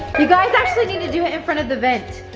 you guys actually need to do it in front of the vent.